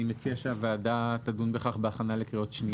אני מציע שהוועדה תדון בכך בהכנה לקריאות שנייה ושלישית.